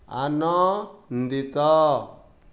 ଆନନ୍ଦିତ